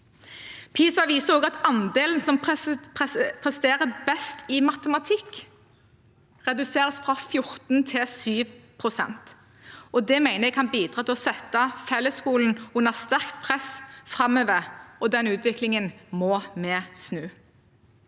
PISA viser at andelen som presterer best i matematikk, reduseres fra 14 pst. til 7 pst. Det mener jeg kan bidra til å sette fellesskolen under sterkt press framover, og den utviklingen må vi snu.